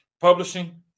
publishing